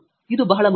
ಇದು ಬಹಳ ಮುಖ್ಯ